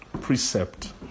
precept